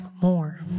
more